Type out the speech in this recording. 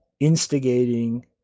instigating